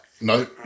No